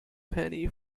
penny